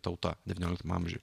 tauta devynioliktame amžiuj